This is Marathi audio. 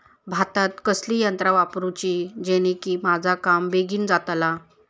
भातात कसली यांत्रा वापरुची जेनेकी माझा काम बेगीन जातला?